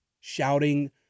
shouting